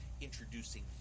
introducing